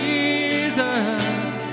Jesus